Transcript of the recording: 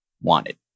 wanted